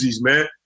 man